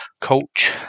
coach